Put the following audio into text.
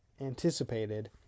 anticipated